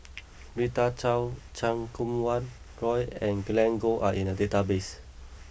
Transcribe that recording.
Rita Chao Chan Kum Wah Roy and Glen Goei are in the database